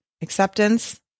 acceptance